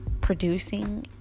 producing